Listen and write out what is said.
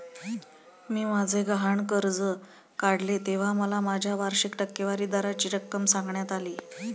मी माझे गहाण कर्ज काढले तेव्हा मला माझ्या वार्षिक टक्केवारी दराची रक्कम सांगण्यात आली